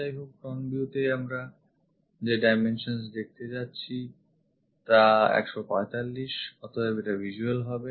যাইহোক front view তেআমরা যে dimensions দেখতে যাচ্ছি তা 145 অত এব এটা visible হবে